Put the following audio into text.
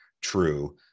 true